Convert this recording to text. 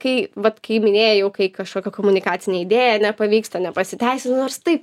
kai vat kai minėjai jau kai kažkokia komunikacinė idėja nepavyksta nepasiteisina nors taip